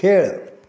खेळ